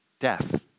death